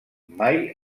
mai